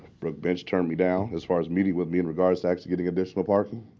brook bench turned me down as far as meeting with me in regards to actually getting additional parking.